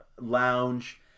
lounge